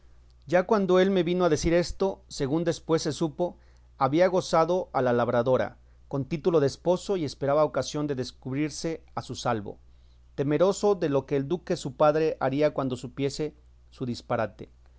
ya cuando él me vino a decir esto según después se supo había gozado a la labradora con título de esposo y esperaba ocasión de descubrirse a su salvo temeroso de lo que el duque su padre haría cuando supiese su disparate